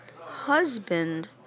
husband